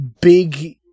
big